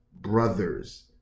brothers